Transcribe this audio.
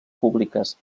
públiques